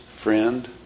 friend